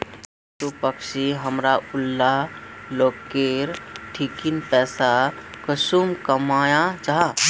पशु पक्षी हमरा ऊला लोकेर ठिकिन पैसा कुंसम कमाया जा?